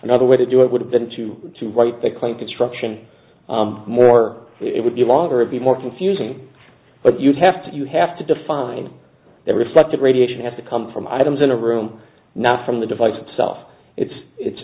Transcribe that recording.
another way to do it would have been to to write the claim construction more it would be longer be more confusing but you have to you have to define that reflected radiation has to come from items in a room not from the device itself it's it